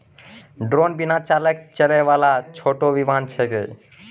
drone बिना चालक के चलै वाला छोटो विमान छेकै